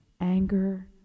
anger